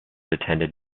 attended